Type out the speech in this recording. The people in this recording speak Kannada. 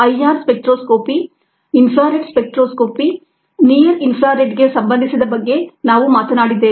IR spectroscopy infrared spectroscopy near IR ಗೆ ಸಂಬಂಧಿಸಿದ ಬಗ್ಗೆ ನಾವು ಮಾತನಾಡಿದ್ದೇವೆ